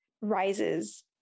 rises